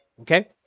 Okay